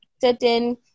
certain